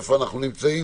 איפה אנחנו נמצאים?